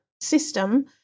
system